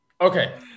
Okay